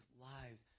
lives